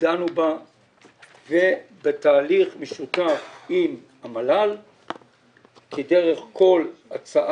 דנו בה ובתהליך משותף עם המל"ל כדרך כל הצעת